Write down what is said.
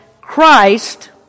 Christ